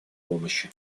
помощи